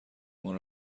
مان